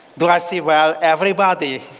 do i see well? everybody?